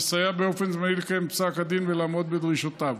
ויסייע באופן זמני לקיים את פסק הדין ולעמוד בדרישותיו.